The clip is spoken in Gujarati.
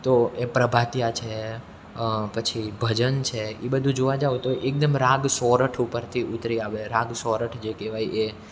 તો એ પ્રભાતિયા છે પછી ભજન છે એ બધું જોવા જાઓ તો એકદમ રાગ સોરઠ ઉપરથી ઉતરી આવે રાગ સોરઠ જે કહેવાય એ